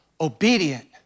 obedient